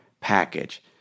package